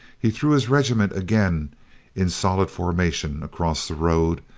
he threw his regiment again in solid formation across the road,